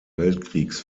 weltkriegs